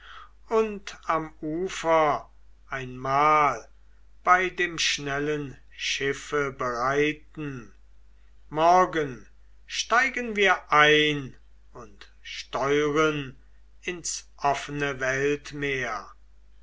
und am ufer ein mahl bei dem schnellen schiffe bereiten morgen steigen wir ein und steuern ins offene weltmeer